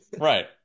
right